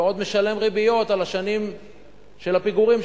ועוד משלם ריביות על השנים של הפיגורים,